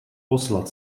poslat